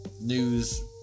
news